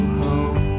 home